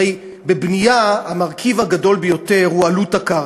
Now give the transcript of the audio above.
הרי בבנייה המרכיב הגדול ביותר הוא עלות הקרקע.